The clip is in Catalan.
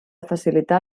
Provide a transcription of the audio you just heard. facilitar